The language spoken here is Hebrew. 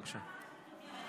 בבקשה.